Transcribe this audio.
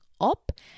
up